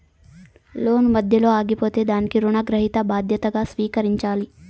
లోను మధ్యలో ఆగిపోతే దానికి రుణగ్రహీత బాధ్యతగా స్వీకరించాలి